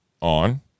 On